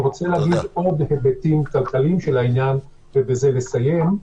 אני רוצה להגיד עוד היבטים כלכליים של העניין ובזה לסיים.